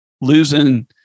losing